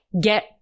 get